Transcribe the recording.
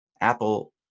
Apple